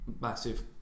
massive